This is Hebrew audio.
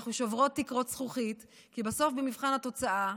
אנחנו שוברות תקרות זכוכית, כי בסוף במבחן התוצאה,